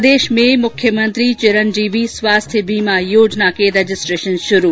प्रदेश में मुख्यमंत्री चिरंजीवी स्वास्थ्य बीमा योजना के रजिस्ट्रेशन श्रू